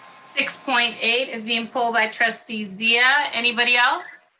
six point eight is being pulled by trustee zia. anybody else?